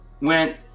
Went